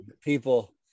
people